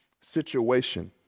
situation